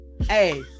hey